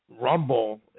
Rumble